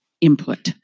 input